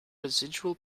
residual